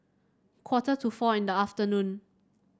quarter to four in the afternoon